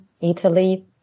Italy